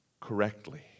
correctly